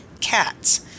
cats